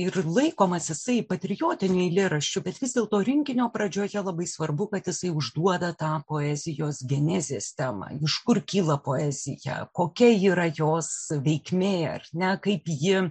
ir laikomas jisai patriotiniu eilėraščiu bet vis dėlto rinkinio pradžioje labai svarbu kad jisai užduoda tą poezijos genezės temą iš kur kyla poezija kokia yra jos veikmė ar ne kaip ji